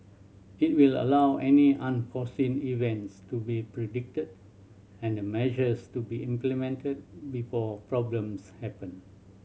it will allow any unforeseen events to be predicted and the measures to be implemented before problems happen